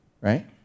right